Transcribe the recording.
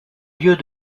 lieux